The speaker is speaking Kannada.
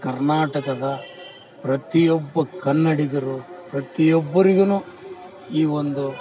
ಕರ್ನಾಟಕದ ಪ್ರತಿಯೊಬ್ಬ ಕನ್ನಡಿಗರು ಪ್ರತಿಯೊಬ್ಬರಿಗೂ ಈ ಒಂದು